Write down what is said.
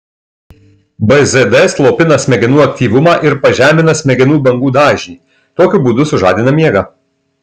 bzd slopina smegenų aktyvumą ir pažemina smegenų bangų dažnį tokiu būdu sužadina miegą